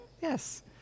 Yes